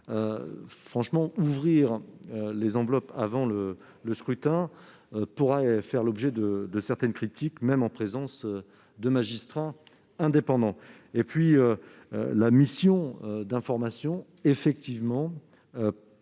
L'ouverture des enveloppes avant le scrutin pourrait faire l'objet de certaines critiques, même en présence de magistrats indépendants. La mission d'information proposait effectivement